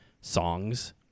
songs